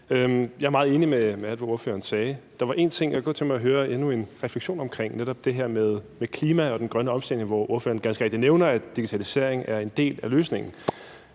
Jeg er meget enig i alt, hvad ordføreren sagde. Der var dog én ting, jeg godt kunne tænke mig at høre endnu en refleksion omkring, altså netop det her med klimaet og den grønne omstilling, hvor ordføreren ganske rigtigt nævner, at digitaliseringen er en del af løsningen.